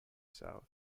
south